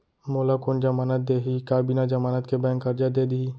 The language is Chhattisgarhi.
मोला कोन जमानत देहि का बिना जमानत के बैंक करजा दे दिही?